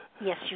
Yes